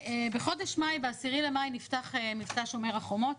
ב-10 במאי נפתח מבצע שומר החומות.